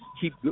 keep